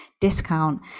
discount